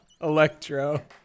Electro